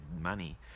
money